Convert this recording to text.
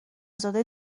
زاده